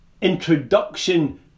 introduction